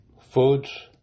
Foods